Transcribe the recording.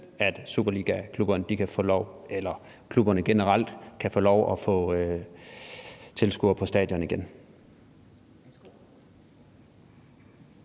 eller klubberne generelt kan få lov at få tilskuere på stadion igen?